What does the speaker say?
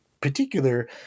particular